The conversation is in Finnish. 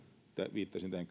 viittasin tähän